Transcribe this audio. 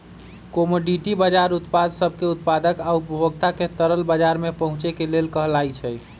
commodity बजार उत्पाद सब के उत्पादक आ उपभोक्ता के तरल बजार में पहुचे के लेल कहलाई छई